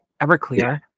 everclear